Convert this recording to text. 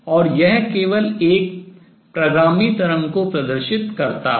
और यह केवल एक प्रगामी तरंग को प्रदर्शित करता है